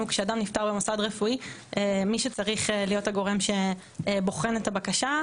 כשאדם נפטר במוסד רפואי מי שצריך להיות הגורם שבוחן את הבקשה,